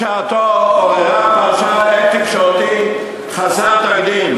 בשעתה עוררה הפרשה הד תקשורתי חסר תקדים